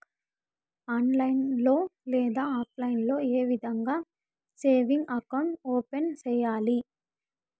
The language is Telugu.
ఆన్లైన్ లో లేదా ఆప్లైన్ లో ఏ విధంగా సేవింగ్ అకౌంట్ ఓపెన్ సేయాలి